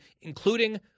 including